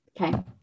Okay